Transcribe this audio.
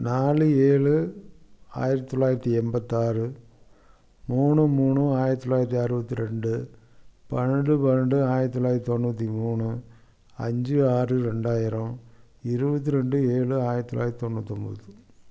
நாலு ஏழு ஆயிரத்தி தொள்ளாயிரத்தி எண்பத்தாறு மூணு மூணு ஆயிரத்தி தொள்ளாயிரத்தி அறுபத்தி ரெண்டு பன்னெண்டு பன்னெண்டு ஆயிரத்தி தொள்ளாயிரத்தி தொண்ணூற்றி மூணு அஞ்சு ஆறு ரெண்டாயிரம் இருபத்தி ரெண்டு ஏழு ஆயிரத்தி தொள்ளாயிரத்தி தொண்ணூத்தொம்பது